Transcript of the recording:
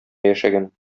яшәгән